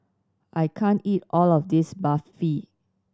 I can't eat all of this Barfi